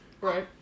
Right